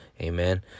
amen